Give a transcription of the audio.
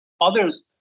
Others